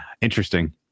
interesting